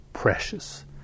precious